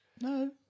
no